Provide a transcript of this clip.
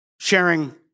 sharing